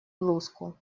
блузку